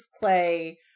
clay